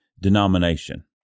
denomination